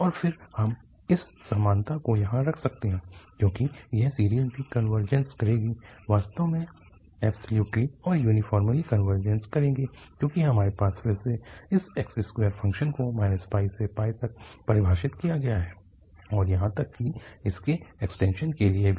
और फिर हम इस समानता को यहाँ रख सकते हैं क्योंकि यह सीरीज़ भी कनवर्जस करेगी वास्तव में ऐब्सल्यूटली और यूनिफॉर्मली कनवर्जस करेगी क्योंकि हमारे पास फिर से इस x2 फ़ंक्शन को से तक परिभाषित किया गया है और यहाँ तक कि इसके एक्सटेंशन के लिए भी